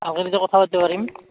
ভালকৈ তেতিয়া কথা পাতিব পাৰিম